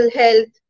health